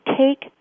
take